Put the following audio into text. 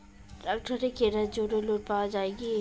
ট্রাক্টরের কেনার জন্য লোন পাওয়া যায় কি?